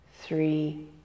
three